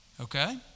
Okay